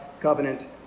covenant